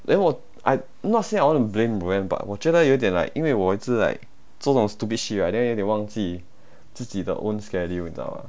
then 我 I not say I wanna blame roanne but 我觉得有点 like 因为我 like 做这种 stupid shit right 有点忘记自己的 own schedule 你知道